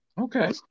okay